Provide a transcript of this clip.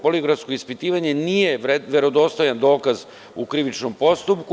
Poligrafsko ispitivanje nije verodostojan dokaz u krivičnom postupku.